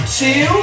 two